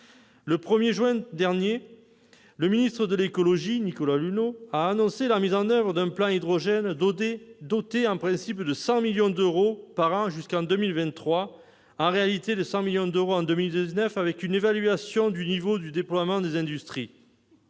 Le 1 juin dernier, le ministre de l'écologie, Nicolas Hulot, a annoncé la mise en oeuvre d'un plan hydrogène doté, en principe, de 100 millions d'euros par an jusqu'en 2023- en réalité, de 100 millions d'euros en 2019 -, avec une évaluation du niveau de déploiement des industries.